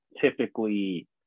typically